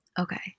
Okay